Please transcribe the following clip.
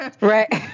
Right